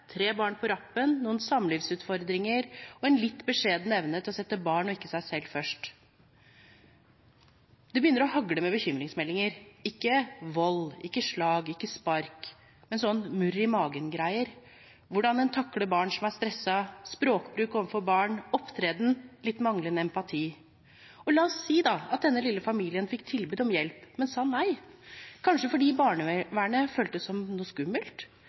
tre barn på rappen, noen samlivsutfordringer og en litt beskjeden evne til å sette barn og ikke seg selv først. Det begynner å hagle med bekymringsmeldinger – ikke vold, ikke slag, ikke spark, men sånn murr-i-magen-greier, hvordan en takler barn som er stresset, språkbruk overfor barn, opptreden og litt manglende empati. La oss si at denne lille familien fikk tilbud om hjelp, men sa nei, kanskje fordi barnevernet føltes som noe skummelt,